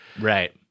right